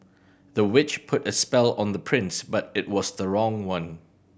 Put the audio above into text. the witch put a spell on the prince but it was the wrong one